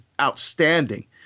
outstanding